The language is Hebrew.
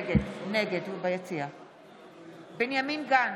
נגד בנימין גנץ,